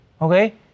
okay